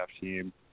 team